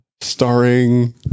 starring